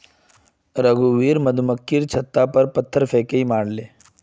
रघुवीर मधुमक्खीर छततार पर पत्थर फेकई मारले